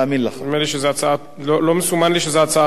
נדמה לי שזה הצעה, לא מסומן לי שזו הצעה רגילה.